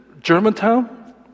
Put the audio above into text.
Germantown